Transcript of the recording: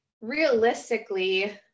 realistically